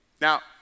Now